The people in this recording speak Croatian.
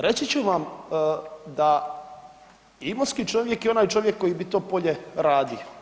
Reći ću vam da imotski čovjek je onaj čovjek koji bi to polje radio.